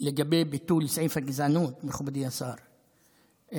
לגבי ביטול סעיף הגזענות, מכובדי השר שטרן.